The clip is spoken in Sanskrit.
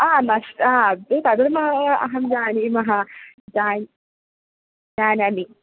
आ नष्टं तद् न अहं जानामि जान् जानामि